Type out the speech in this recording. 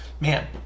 Man